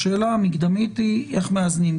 השאלה המקדמית היא איך מאזנים.